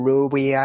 Ruby